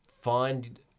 find